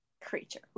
creature